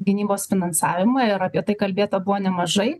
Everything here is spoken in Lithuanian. gynybos finansavimą ir apie tai kalbėta buvo nemažai